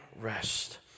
rest